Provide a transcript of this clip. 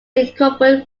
incorporated